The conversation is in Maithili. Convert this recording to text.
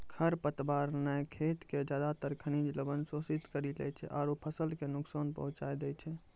खर पतवार न खेत के ज्यादातर खनिज लवण शोषित करी लै छै आरो फसल कॅ नुकसान पहुँचाय दै छै